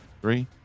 three